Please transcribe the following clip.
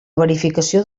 verificació